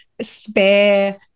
spare